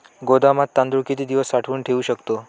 गोदामात तांदूळ किती दिवस साठवून ठेवू शकतो?